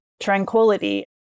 tranquility